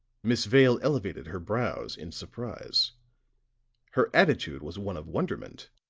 miss vale elevated her brows in surprise her attitude was one of wonderment.